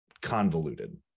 convoluted